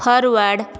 forward